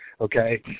okay